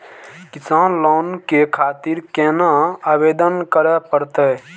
किसान लोन के खातिर केना आवेदन करें परतें?